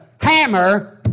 hammer